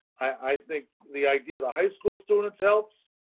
i think the idea that high school students helps,